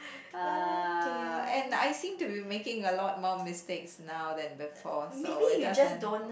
uh and I seem to be making a lot more mistakes now than before so it doesn't